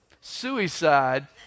suicide